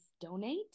donate